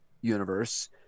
universe